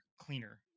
cleaner